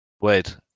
Wait